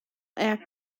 our